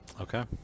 Okay